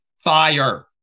fire